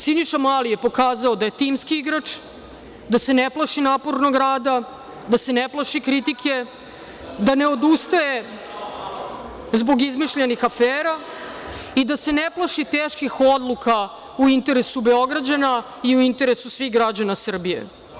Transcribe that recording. Siniša Mali je pokazao da je timski igrač, da se ne plaši napornog rada, da se ne plaši kritike, da ne odustaje zbog izmišljenih afera i da se ne plaši teških odluka u interesu Beograđana i u interesu svih građana Srbije.